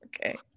Okay